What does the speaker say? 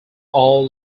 all